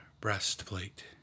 breastplate